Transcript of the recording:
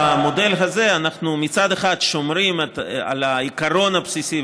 במודל הזה אנחנו מצד אחד שומרים על העיקרון הבסיסי,